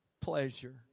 pleasure